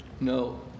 No